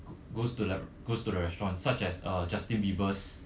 goes to goes to the restaurant such as uh justin bieber's